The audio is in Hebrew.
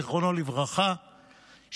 זיכרונו לברכה,